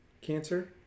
cancer